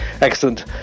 excellent